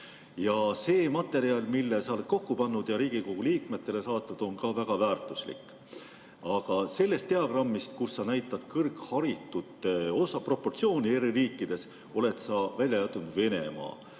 See materjal, mille sa oled kokku pannud ja Riigikogu liikmetele saatnud, on ka väga väärtuslik. Aga sellest diagrammist, kus sa näitad kõrgharitute proportsioone eri riikides, oled sa välja jätnud Venemaa,